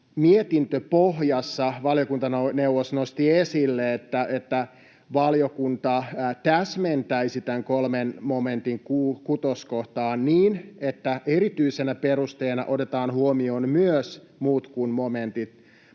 mietintöpohjassa valiokuntaneuvos nosti esille, että valiokunta täsmentäisi tämän 3 momentin 6 kohtaa niin, että erityisenä perusteena otetaan huomioon myös muut kuin momentin